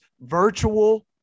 virtual